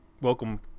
welcome